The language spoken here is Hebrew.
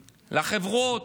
לחברות,